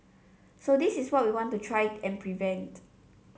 so this is what we want to try and prevent